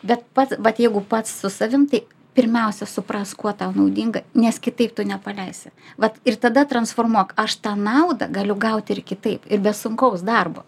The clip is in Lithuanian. bet pats vat jeigu pats su savim tai pirmiausia suprask kuo tau naudinga nes kitaip tu nepaleisi vat ir tada transformuok aš tą naudą galiu gauti ir kitaip ir be sunkaus darbo